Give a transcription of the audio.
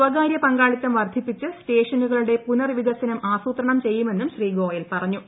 സ്വകാര്യ പങ്കാളിത്തം വർദ്ധിപ്പിച്ച് സ്റ്റേഷനുകളുടെ പുനർ വികസനം ആസൂത്രണം ചെയ്യുമെന്നും ശ്രീ ഗോയൽ പറഞ്ഞു